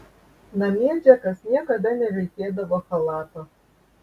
namie džekas niekada nevilkėdavo chalato